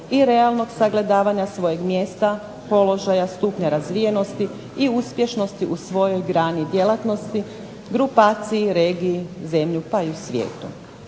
i realnog sagledavanja svojeg mjesta, položaja, stupnja razvijenosti i uspješnosti u svojoj grani djelatnosti, grupaciji, regiji, zemlji pa i u svijetu.